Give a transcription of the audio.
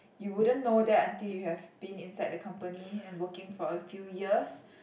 you wouldn't know that until you have been inside the company and working for a few years